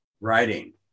writing